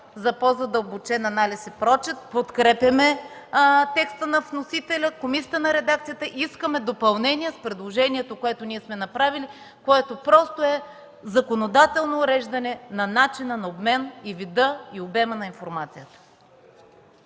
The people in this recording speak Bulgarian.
за по-задълбочен анализ и прочит. Подкрепяме текста на вносителя, редакцията на комисията и искаме допълнение в предложението, което ние сме направили, което просто е законодателно уреждане на начина на обмен, вида и обема на информацията.